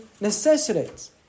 necessitates